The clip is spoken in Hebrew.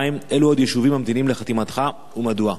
2. אילו עוד יישובים ממתינים לחתימתך, ומדוע?